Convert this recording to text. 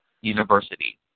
University